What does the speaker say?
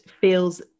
feels